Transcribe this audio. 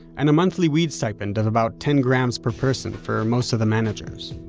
and a monthly weed stipend of about ten grams per person for most of the managers.